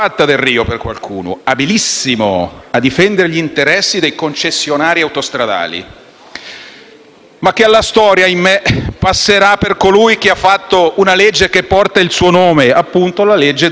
Il nostro Paese continua a detenere il primato dell'*import* dei clandestini e dell'*export* dei giovani che lasciano il nostro Paese. Colleghi, sulla questione va fatta una seria riflessione.